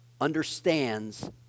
understands